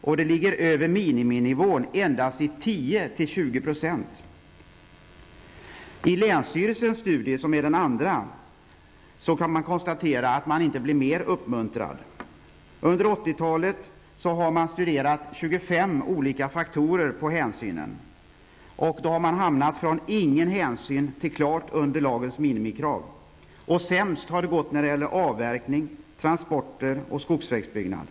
Resultatet ligger över miniminivån endast i 10-- Av länsstyrelsens studie, som är den andra studien, kan man konstatera att man inte blir mer uppmuntrad. Under 80-talet har 25 olika faktorer studerats med avseende på hänsynen. Man har då hamnat från ''ingen hänsyn'' till ''klart under lagens minimikrav''. Sämst har det gått när det gäller avverkning, transporter och skogsvägsbyggnad.